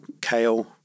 kale